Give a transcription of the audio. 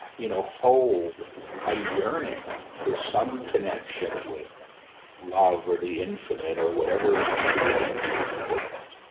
you know, hold a yearning for some connection with love or the infinite or whatever name. again you want to give it.